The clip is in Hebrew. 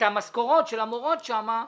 את המשכורות של המורות שם,